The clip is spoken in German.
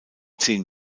zehn